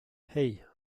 hey